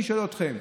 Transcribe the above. אני שואל אתכם,